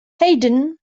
hayden